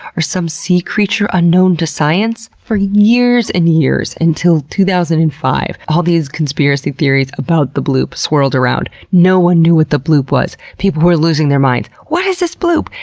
or some sea creature unknown to science? for years and years, until two thousand and five, all these conspiracy theories about the bloop swirled around. no one knew what the bloop was. people were losing their minds. what is this bloop?